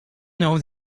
know